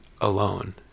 alone